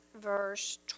verse